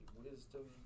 wisdom